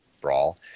Brawl